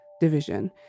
division